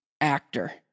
actor